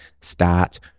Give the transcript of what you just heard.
Start